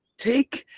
Take